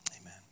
Amen